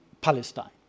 Palestine